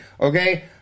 okay